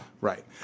Right